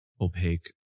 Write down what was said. opaque